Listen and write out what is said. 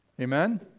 Amen